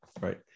Right